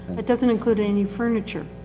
it does not include any furniture.